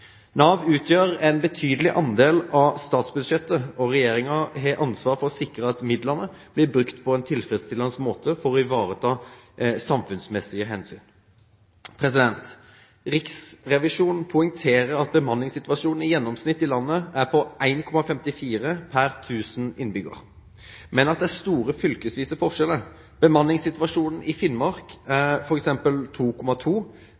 Nav utgjør en betydelig del av statsbudsjettet, og regjeringen har ansvar for å sikre at midlene blir brukt på en tilfredsstillende måte for å ivareta samfunnsmessige hensyn. Riksrevisjonen poengterer at bemanningssituasjonen i gjennomsnitt i landet er på 1,54 per 1 000 innbyggere, men at det er store fylkesvise forskjeller. Bemanningssituasjonen i Finnmark er f.eks. på 2,2,